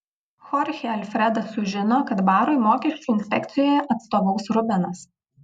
chorchė alfredas sužino kad barui mokesčių inspekcijoje atstovaus rubenas